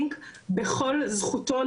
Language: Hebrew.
אם אפשר אולי שוב לעשות תרגול,